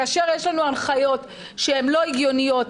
כאשר יש לנו הנחיות שהן לא הגיוניות,